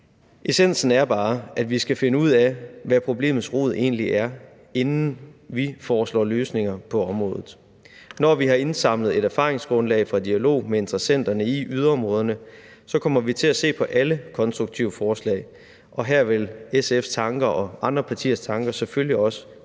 Essensen er bare, at vi skal finde ud af, hvad problemets egentlige rod er, inden vi foreslår løsninger på området. Når vi har indsamlet et erfaringsgrundlag fra dialogen med interessenterne i yderområderne, kommer vi til at se på alle konstruktive forslag, og her vil SF's tanker og andre partiers tanker selvfølgelig også